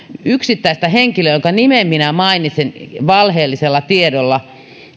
yksittäistä henkilöä jonka nimen minä mainitsen valheellisella tiedolla